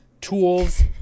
tools